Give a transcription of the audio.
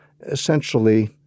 essentially